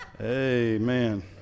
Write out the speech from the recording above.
Amen